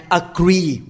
agree